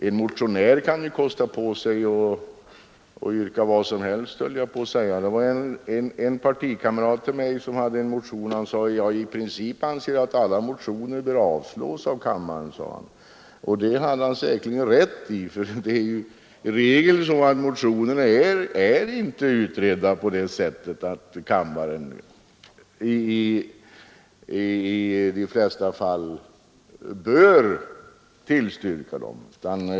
En motionär kan ju kosta på sig att yrka nära nog vad som helst. En av mina partikamrater, som också var motionär, sade till mig: I princip anser jag att alla motioner bör avstyrkas. Det hade han säkert rätt i, ty i regel är motionsyrkanden inte utredda på sådant sätt att kammaren bör bifalla dem.